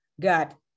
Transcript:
got